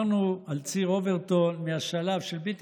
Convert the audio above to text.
עברנו על ציר אוברטון מהשלב של בלתי